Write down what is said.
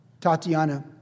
Tatiana